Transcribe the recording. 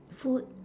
food